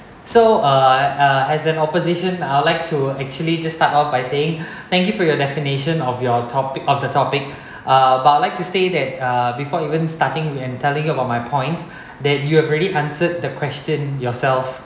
so uh uh as an opposition I would like to actually just start off by saying thank you for your definition of your topic off the topic uh but like to say that before even starting and telling you about my points that you have already answered the question yourself